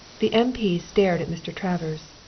the m. p. stared at mr. travers,